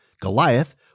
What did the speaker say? Goliath